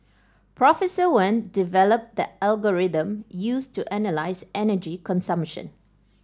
Professor Wen developed the algorithm used to analyse energy consumption